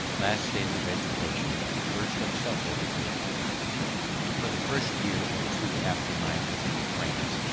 last stage of education, and first of self-education for the first year or two after my visit to france,